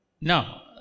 Now